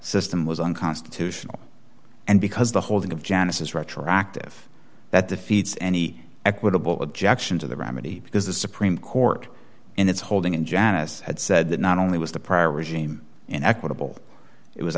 system was unconstitutional and because the holding of genesis retroactive that defeats any equitable objection to the remedy because the supreme court in its holding in janice had said that not only was the prior regime an equitable it was